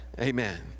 Amen